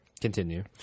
Continue